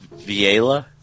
Viela